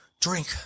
drink